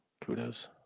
Kudos